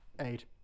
Eight